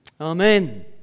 Amen